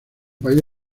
país